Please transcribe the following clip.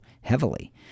heavily